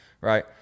right